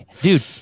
Dude